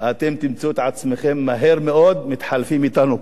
אתם תמצאו את עצמכם מהר מאוד מתחלפים אתנו פה.